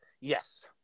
Yes